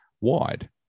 wide